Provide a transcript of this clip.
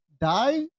die